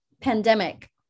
pandemic